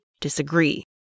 disagree